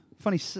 Funny